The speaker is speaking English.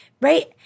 right